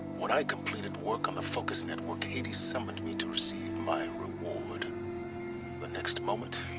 when i completed work on the focus network, hades summoned me to receive my reward the next moment.